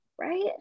right